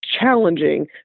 challenging